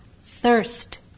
thirst